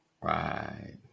Right